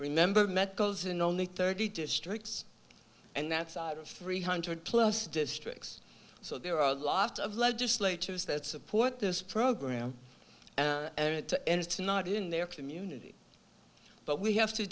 remember met goals in only thirty districts and that's out of three hundred plus districts so there are a lot of legislators that support this program and it's not in their community but we have to